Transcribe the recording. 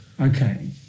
Okay